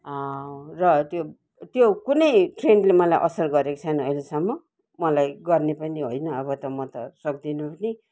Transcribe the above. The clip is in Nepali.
र त्यो त्यो कुनै ट्रेन्डले मलाई असर गरेको छैन अहिलेसम्म मलाई गर्ने पनि होइन अब त म त सक्दिनँ पनि